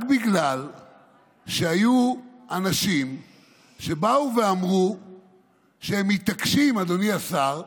שהיו אנשים שבאו ואמרו שהם מתעקשים, אדוני השר,